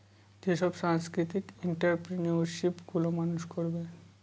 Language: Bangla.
যেসব সাংস্কৃতিক এন্ট্ররপ্রেনিউরশিপ গুলো মানুষ করবে